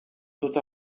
tot